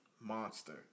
monster